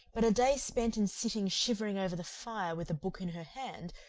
but a day spent in sitting shivering over the fire with a book in her hand,